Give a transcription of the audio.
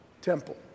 temple